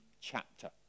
chapter